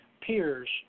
peers